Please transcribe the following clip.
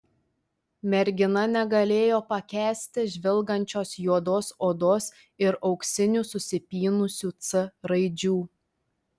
mergina negalėjo pakęsti žvilgančios juodos odos ir auksinių susipynusių c raidžių